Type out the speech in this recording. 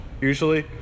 usually